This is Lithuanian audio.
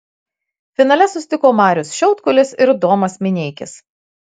finale susitiko marius šiaudkulis ir domas mineikis